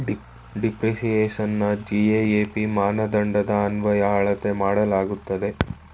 ಡಿಪ್ರಿಸಿಯೇಶನ್ನ GAAP ಮಾನದಂಡದನ್ವಯ ಅಳತೆ ಮಾಡಲಾಗುತ್ತದೆ